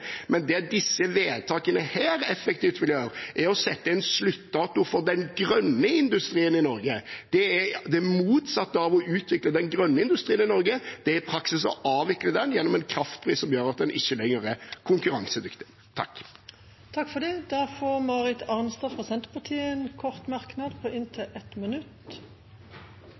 men det disse vedtakene effektivt vil gjøre, er å sette en sluttdato for den grønne industrien i Norge. Det er det motsatte av å utvikle den grønne industrien i Norge. Det er i praksis å avvikle den gjennom en kraftpris som gjør at man ikke lenger er konkurransedyktig. Representanten Marit Arnstad har hatt ordet to ganger tidligere og får ordet til en kort merknad, avgrenset til 1 minutt.